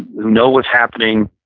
know what's happening.